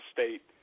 State